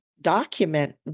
document